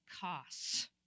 costs